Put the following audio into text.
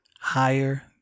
higher